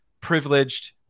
privileged